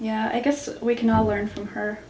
yeah i guess we can all learn from her